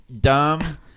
dumb